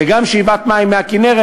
וגם שאיבת מים מהכינרת,